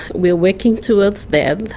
we are working towards them.